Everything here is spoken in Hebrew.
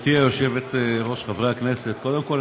בסמים ובאלכוהול,